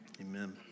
Amen